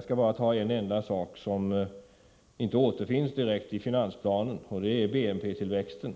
Jag skall bara ta upp en enda sak som inte direkt återfinns i finansplanen, BNP-tillväxten.